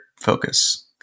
focus